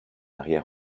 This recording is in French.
arrière